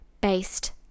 based